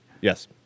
Yes